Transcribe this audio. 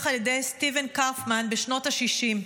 על ידי סטיבן קרפמן בשנות השישים.